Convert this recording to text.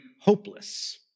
hopeless